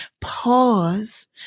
Pause